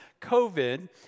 COVID